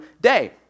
day